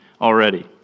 already